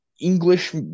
English